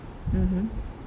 mmhmm